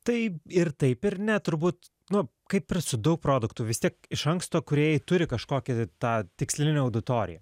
taip ir taip ir ne turbūt nu kaip ir su daug produktų vis tiek iš anksto kūrėjai turi kažkokią tai tą tikslinę auditoriją